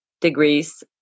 degrees